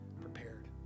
prepared